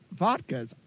vodkas